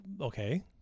okay